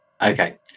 okay